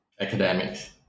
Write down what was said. academics